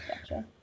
Gotcha